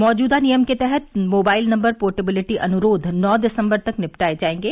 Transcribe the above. मौजूदा नियम के तहत मोबाइल नंबर पोर्टविलिटी अनुरोध नौ दिसंबर तक निपटाए जाएगे